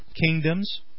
kingdoms